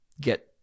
get